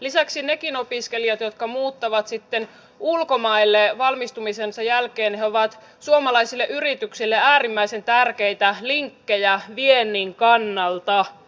lisäksi nekin opiskelijat jotka muuttavat sitten ulkomaille valmistumisensa jälkeen ovat suomalaisille yrityksille äärimmäisen tärkeitä linkkejä viennin kannalta